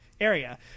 area